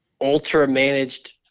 ultra-managed